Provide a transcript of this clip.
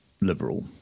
liberal